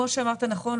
כמו שאמרת נכון,